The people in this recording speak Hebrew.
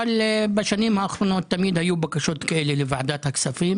אבל בשנים האחרונות תמיד היו בקשות כאלה לוועדת הכספים